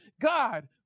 God